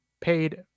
paid